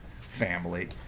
family